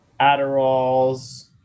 Adderalls